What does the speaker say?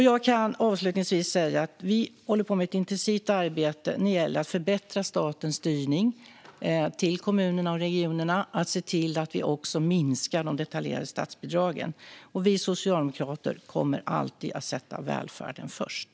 Jag kan avslutningsvis säga att vi håller på med ett intensivt arbete när det gäller att förbättra statens styrning till kommunerna och regionerna och när det gäller att se till att vi också minskar de detaljerade statsbidragen. Vi socialdemokrater kommer alltid att sätta välfärden först.